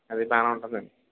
అదీ బాగానే ఉంటుందండి